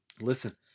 listen